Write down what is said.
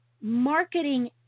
marketing